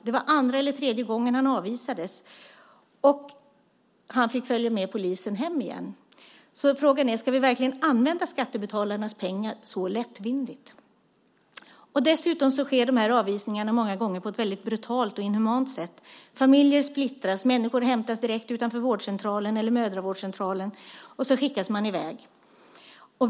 Det var andra eller tredje gången han avvisades, och han fick följa med polisen hem igen. Frågan är: Ska vi verkligen använda skattebetalarnas pengar så lättvindigt? Dessutom sker dessa avvisningar många gånger på ett väldigt brutalt och inhumant sätt. Familjer splittras. Människor hämtas direkt utanför vårdcentralen eller mödravårdscentralen, och så skickas de i väg.